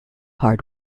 hard